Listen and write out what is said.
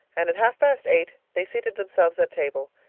and at half-past eight they seated themselves at table,